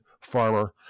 farmer